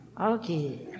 okay